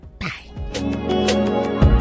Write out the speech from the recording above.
bye